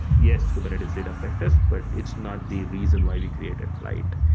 yes, kubernetes did affect us, but it's not the reason why we created flyte.